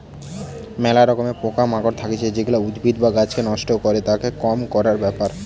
ম্যালা রকমের পোকা মাকড় থাকতিছে যেগুলা উদ্ভিদ বা গাছকে নষ্ট করে, তাকে কম করার ব্যাপার